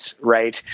right